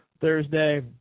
Thursday